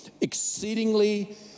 exceedingly